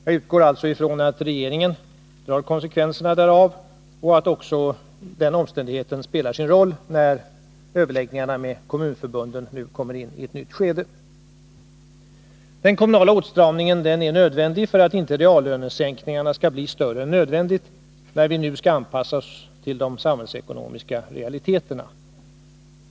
Jag utgår alltså ifrån att regeringen drar konsekvenserna därav och att också den omständigheten spelar sin roll, när överläggningarna med kommunförbunden nu kommer in i ett nytt skede. Den kommunala åtstramningen är nödvändig för att inte reallönesänkningarna skall bli större än nödvändigt när vi nu skall anpassa oss till de samhällsekonomiska realiteterna.